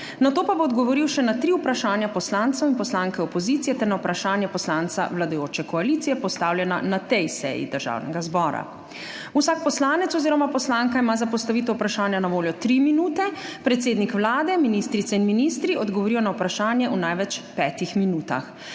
nato pa bo odgovoril še na tri vprašanja poslancev in poslanke opozicije ter na vprašanje poslanca vladajoče koalicije, postavljena na tej seji Državnega zbora. Vsak poslanec oziroma poslanka ima za postavitev vprašanja na voljo tri minute, predsednik Vlade, ministrice in ministri odgovorijo na vprašanje v največ petih minutah.